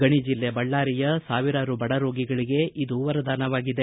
ಗಣಿ ಜಿಲ್ಲೆ ಬಳ್ಳಾರಿಯ ಸಾವಿರಾರು ಬಡ ರೋಗಿಗಳಿಗೆ ಇದು ವರದಾನವಾಗಿದೆ